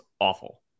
awful